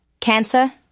Cancer